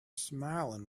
smiling